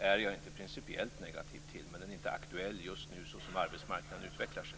Jag är inte principiellt negativ till diskussionen om friår, men den är inte aktuell just nu så som arbetsmarknaden utvecklar sig.